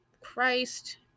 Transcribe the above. Christ